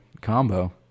combo